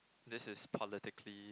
this is politically